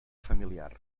familiar